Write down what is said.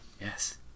Yes